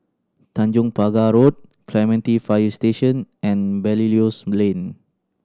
Tanjong Pagar Road Clementi Fire Station and Belilios Lane